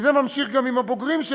וזה נמשך עם הבוגרים של